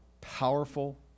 powerful